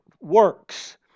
works